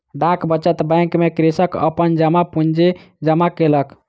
डाक बचत बैंक में कृषक अपन जमा पूंजी जमा केलक